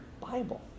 bible